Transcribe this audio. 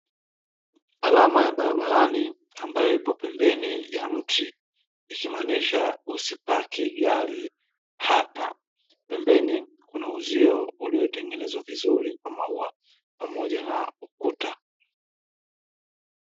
Alama ya barabarani ambayo ipo pembeni ya mti ikimaanisha "Usipaki gari hapa". Pembeni, kuna uzio uliotengenezwa vizuri kwa maua pamoja na ukuta.